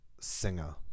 singer